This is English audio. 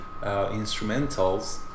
instrumentals